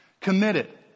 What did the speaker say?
committed